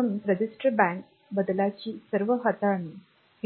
म्हणून register bank बदलांची सर्व हाताळणी